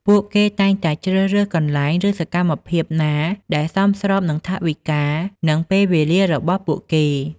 ពួកគេតែងតែជ្រើសរើសកន្លែង ឬសកម្មភាពណាដែលសមស្របនឹងថវិកា និងពេលវេលារបស់ពួកគេ។